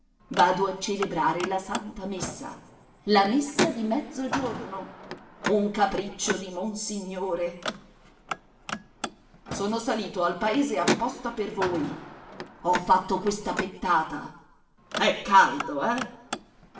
vado a celebrare la santa messa la messa di mezzogiorno un capriccio di monsignore sono salito al paese apposta per voi ho fatto questa pettata è caldo eh